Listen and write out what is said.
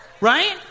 Right